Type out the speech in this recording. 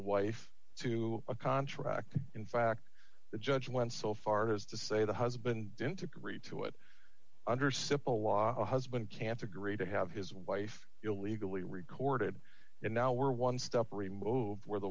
wife to a contract in fact the judge went so far as to say the husband didn't agree to it under civil law a husband can't agree to have his wife illegally recorded and now we're one step removed where the